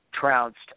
trounced